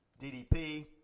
DDP